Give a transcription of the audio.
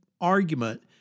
argument